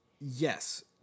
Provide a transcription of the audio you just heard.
Yes